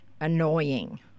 annoying